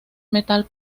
metal